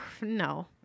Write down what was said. No